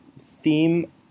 theme